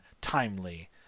timely